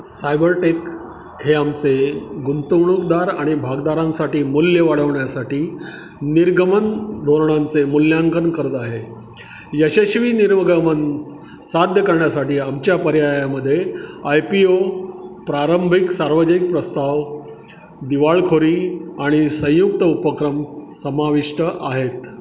cyber Tech हे आमचे गुंतवणूकदार आणि भागदारांसाठी मूल्य वाढवण्यासाठी निर्गमन धोरणांचे मूल्यांकन करत आहे यशस्वी निर्गमन साध्य करण्यासाठी आमच्या पर्यायांमध्ये आय पी ओ प्रारंभिक सार्वजनिक प्रस्ताव दिवाळखोरी आणि संयुक्त उपक्रम समाविष्ट आहेत